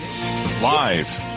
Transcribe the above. Live